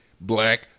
black